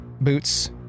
boots